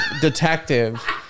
detective